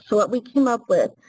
so what we came up with,